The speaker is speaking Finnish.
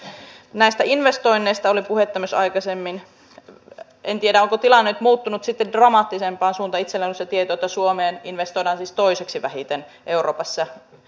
tämä valmisteluryhmä joka tätä työtä on tehnyt on saamassa sen työnsä nyt valmiiksi niin että heti ensi vuoden alussa me voimme sitten tehdä johtopäätöksiä siitä lähdetäänkö tätä kokeilua viemään eteenpäin